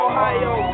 Ohio